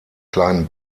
kleinen